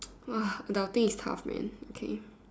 !wah! the outing is tough man okay